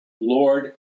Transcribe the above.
Lord